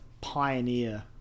pioneer